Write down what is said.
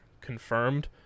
confirmed